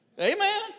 Amen